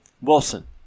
Wilson